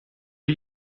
did